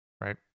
right